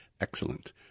Excellent